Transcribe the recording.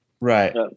Right